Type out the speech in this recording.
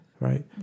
right